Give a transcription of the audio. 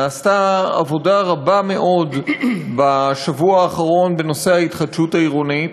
נעשתה עבודה רבה מאוד בשבוע האחרון בנושא ההתחדשות העירונית.